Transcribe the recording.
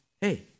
hey